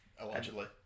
Allegedly